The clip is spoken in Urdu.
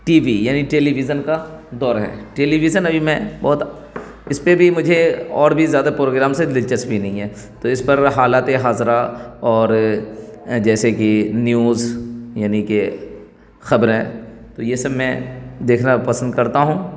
ٹی وی یعنی ٹیلیویژن کا دور ہے ٹیلیویژن ابھی میں بہت اس پہ بھی مجھے اور بھی زیادہ پروگرام سے دلچسپی نہیں ہے تو اس پر حالات حاضرہ اور جیسے کہ نیوز یعنی کہ خبریں تو یہ سب میں دیکھنا پسند کرتا ہوں